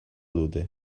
dute